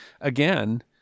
again